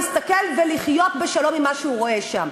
להסתכל ולחיות בשלום עם מה שהוא רואה שם.